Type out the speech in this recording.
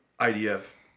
IDF